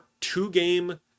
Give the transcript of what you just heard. two-game